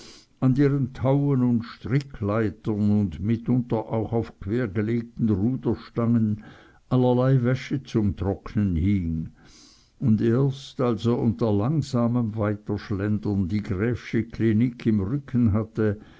an deren tauen und strickleitern und mitunter auch auf quergelegten ruderstangen allerlei wäsche zum trocknen hing und erst als er unter langsamem weiterschlendern die graefsche klinik im rücken hatte